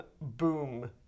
Boom